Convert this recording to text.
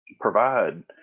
provide